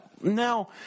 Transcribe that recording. now